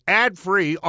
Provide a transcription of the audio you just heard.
ad-free